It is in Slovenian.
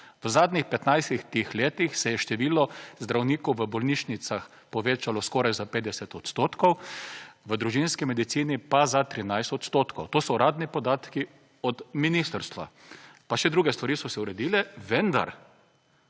V zadnjih 15 letih se je število zdravnikov v bolnišnicah povečalo skoraj za 50 %, v družinski medicini pa za 13 %. To so uradni podatki od ministrstva. Pa še druge stvari so se uredile. Vendar,